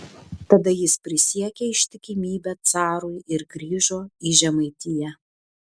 tada jis prisiekė ištikimybę carui ir grįžo į žemaitiją